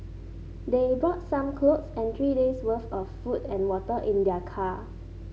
they brought some clothes and three day's worth of food and water in their car